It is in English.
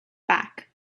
back